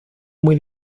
muy